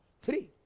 Three